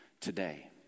today